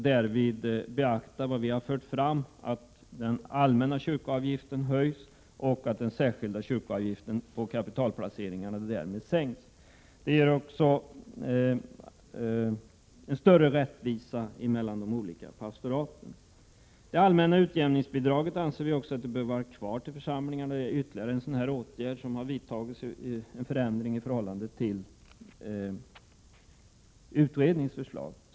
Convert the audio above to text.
Därvid skall beaktas vad vi har fört fram om en höjning av den allmänna kyrkoavgiften. Därigenom sänks ju den särskilda kyrkoavgiften på kapitalplaceringar. Det ger större rättvisa mellan de olika pastoraten. Vidare anser vi att det allmänna utjämningsbidraget till församlingarna bör vara kvar. Det är ytterligare en förändring i förhållande till utredningens förslag.